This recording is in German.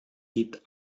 gibt